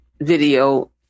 video